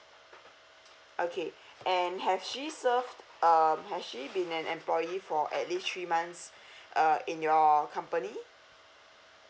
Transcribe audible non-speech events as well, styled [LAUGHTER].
okay [BREATH] and have she serve um has she been an employee for at least three months [BREATH] uh in your company